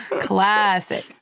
Classic